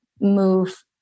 move